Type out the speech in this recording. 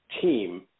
team